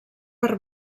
per